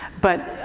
but,